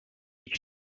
each